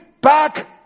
back